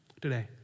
today